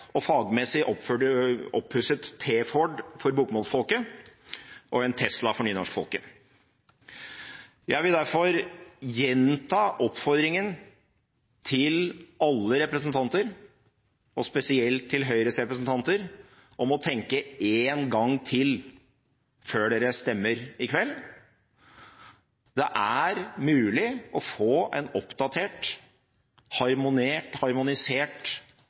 og fagmessig oppusset T-Ford for bokmålsfolket og en Tesla for nynorskfolket. Jeg vil derfor gjenta oppfordringen til alle representanter, og spesielt til Høyres representanter, om å tenke én gang til før de stemmer i kveld. Det er mulig å få en oppdatert, harmonisert